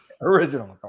Original